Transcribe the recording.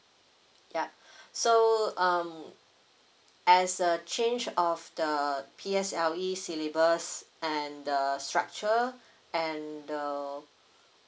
yup so um as a change of the P_S_L_E syllabus and the structure and the